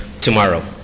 tomorrow